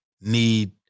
need